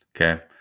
Okay